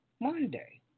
Monday